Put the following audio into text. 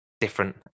different